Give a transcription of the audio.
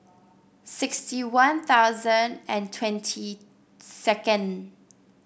sixty One Thousand and twenty second